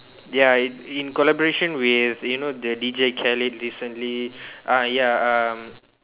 ya in in collaboration with you know the DJ Khalid recently uh ya um